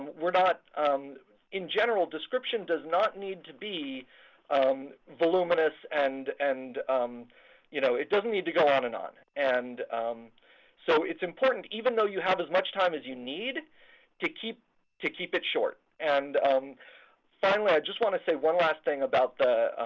we're not in general, description does not need to be um voluminous. and and you know doesn't doesn't need to go on and on. and so it's important, even though you have as much time as you need to keep to keep it short. and um finally i just want to say one last thing about the